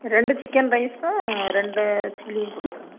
ரெண்டு சிக்கன் ரைஸ்ஸும் ரெண்டு சில்லியும் கொடுத்துருங்க